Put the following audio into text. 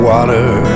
water